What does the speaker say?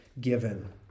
given